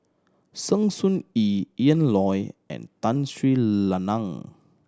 Sng Choon Yee Ian Loy and Tun Sri Lanang